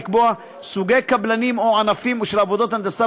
לקבוע סוגי קבלנים או ענפים של עבודות הנדסה